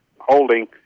holding